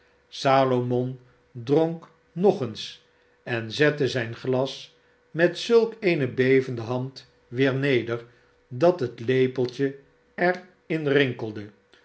salomon dronk nog eens en zette zijn glas met zulk eene bevende hand weer neder dat het lepeltje er in rinkelde